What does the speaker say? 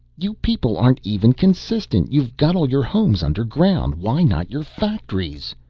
you people aren't even consistent. you've got all your homes underground. why not your factories?